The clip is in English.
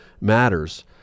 matters